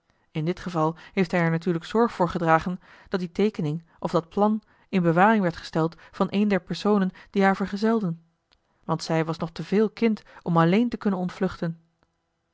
in dit geval heeft hij er natuurlijk zorg voor gedragen dat die teekening of dat plan in bewaring werd gesteld van een der personen die haar vergezelden want zij was nog te veel kind om alleen te kunnen ontvluchten